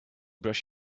brush